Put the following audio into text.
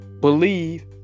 believe